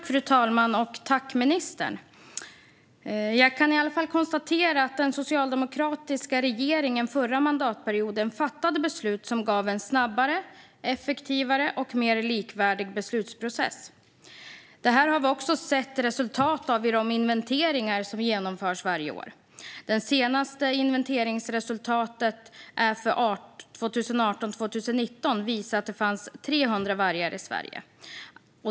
Fru talman! Tack, ministern! Jag kan konstatera att den socialdemokratiska regeringen förra mandatperioden fattade beslut som gav en snabbare, effektivare och mer likvärdig beslutsprocess. Det har vi också sett resultat av i de inventeringar som genomförs varje år. Det senaste inventeringsresultatet från 2018/19 visar att det fanns 300 vargar i Sverige.